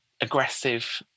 aggressive